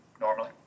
normally